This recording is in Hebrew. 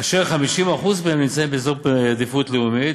אשר 50% מהם נמצאים באזורי עדיפות לאומית,